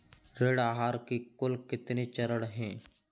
ऋण आहार के कुल कितने चरण हैं?